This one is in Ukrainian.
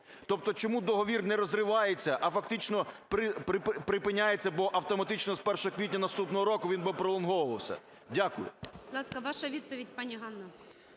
Тобто чому договір не розривається, а фактично припиняється, бо автоматично з 1 квітня наступного року він би пролонговувався? Дякую. ГОЛОВУЮЧИЙ. Будь ласка,